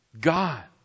God